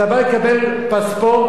אתה בא לקבל פספורט,